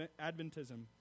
Adventism